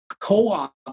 co-op